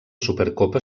supercopa